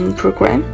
program